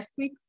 Netflix